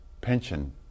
pension